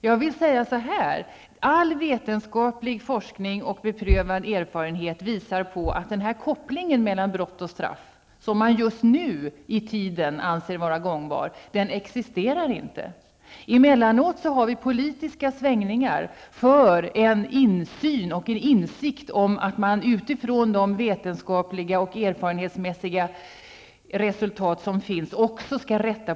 Jag vill säga så här: All vetenskaplig forskning och beprövad erfarenhet visar att denna koppling mellan brott och straff, som just nu anses vara gångbar, inte existerar. Emellanåt sker det politiska svängningar, till förmån för en insikt om att man skall rätta politiken efter vetenskapliga och erfarenhetsmässiga resultat.